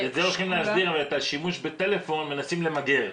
את זה הולכים להסדיר ואת השימוש בטלפון מנסים למגר.